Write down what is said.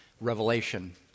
Revelation